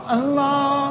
Allah